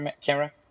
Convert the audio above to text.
camera